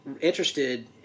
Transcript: interested